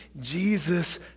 Jesus